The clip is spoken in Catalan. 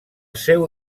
seu